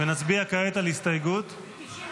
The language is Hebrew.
נצביע כעת על הסתייגות -- 95.